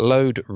Load